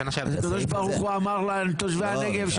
הקדוש ברוך הוא אמר לתושבי הנגב,